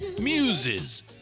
Muses